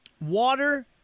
Water